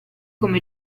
come